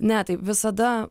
ne taip visada